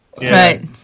Right